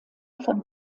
von